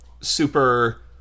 super